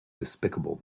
despicable